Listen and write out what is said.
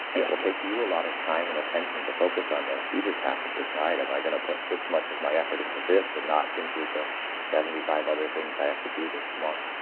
it will take you a lot of time and attention to focus on this. you just have to decide, am i going to put this much of my effort into this and not into the seventy five other things i have to do this month?